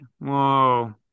Whoa